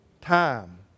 time